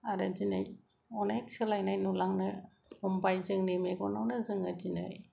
आरो दिनै अनेख सोलानाय नुलांनो हमबाय दिनै जोंनि मेगनावनो जोङो दिनै